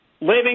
living